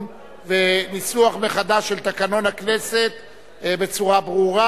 וניסוח מחדש של תקנון הכנסת בצורה ברורה,